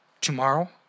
tomorrow